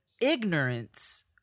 ignorance